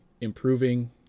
improving